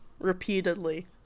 repeatedly